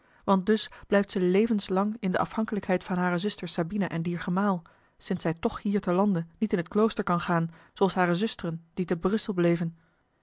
want dus blijft ze levenslang in de afhankelijkheid van hare zuster sabina en dier gemaal sinds zij toch hier te lande niet in t klooster kan gaan zooals hare zusteren die te brussel bleven